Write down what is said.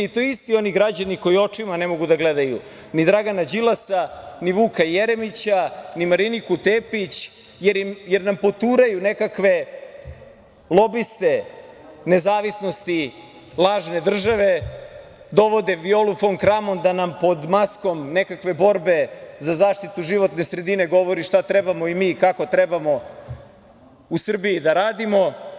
I to isti oni građani koji očima ne mogu da gledaju ni Dragana Đilasa, ni Vuka Jeremića, ni Mariniku Tepić, jer nam poturaju nekakve lobiste nezavisnosti lažne države, dovode Violu fon Kramon da nam pod maskom nekakve borbe za zaštitu životne sredine govori šta trebamo i kako trebamo mi u Srbiji da radimo.